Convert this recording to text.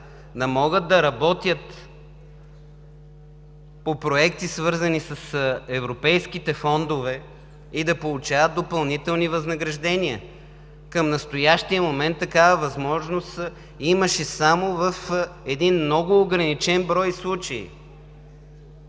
да могат да работят по проекти, свързани с европейските фондове, и да получават допълнителни възнаграждения. Към настоящия момент такава възможност имаше само в един много ограничен брой случаи.